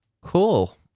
Cool